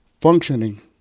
functioning